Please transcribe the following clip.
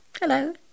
hello